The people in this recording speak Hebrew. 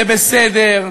זה בסדר,